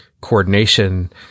coordination